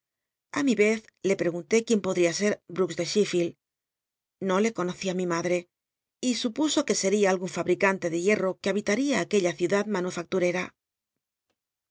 a mi vez le preguntó quién podl'ia ser ix de shcfricld no le conocía mi madre y supuso uc seria algun fabricante de hierro c ue habitaría aquella ciudad